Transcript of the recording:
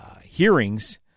hearings